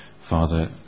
Father